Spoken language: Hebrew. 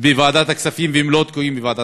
בוועדת הכספים ולא תקועות שם.